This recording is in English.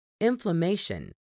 inflammation